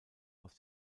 aus